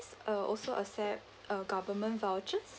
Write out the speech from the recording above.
uh also accept uh government vouchers